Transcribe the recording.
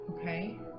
okay